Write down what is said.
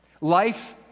life